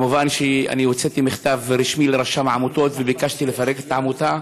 מובן שאני הוצאתי מכתב רשמי לרשם העמותות וביקשתי לפרק את העמותה.